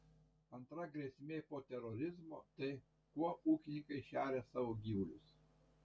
antra grėsmė po terorizmo tai kuo ūkininkai šeria savo gyvulius